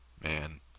man